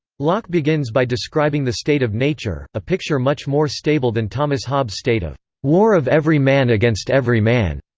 locke begins by describing the state of nature, a picture much more stable than thomas hobbes' state of war of every man against every man,